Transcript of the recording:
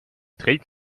trägt